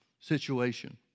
situation